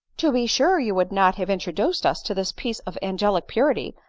to be sure you would not have introduced us to this piece of angelic purity,